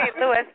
Louis